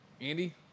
Andy